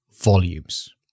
volumes